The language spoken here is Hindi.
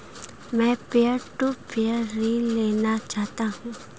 मैं पीयर टू पीयर ऋण लेना चाहता हूँ